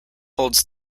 holds